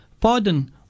pardon